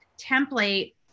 template